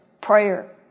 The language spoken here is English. prayer